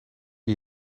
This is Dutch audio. wie